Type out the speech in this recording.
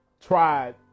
tried